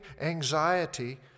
anxiety